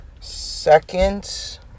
Second